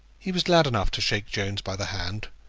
he was glad enough to shake jones by the hand,